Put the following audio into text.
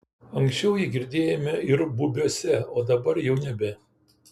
anksčiau jį girdėjome ir bubiuose o dabar jau nebe